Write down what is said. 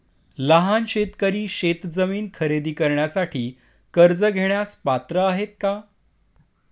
लहान शेतकरी शेतजमीन खरेदी करण्यासाठी कर्ज घेण्यास पात्र आहेत का?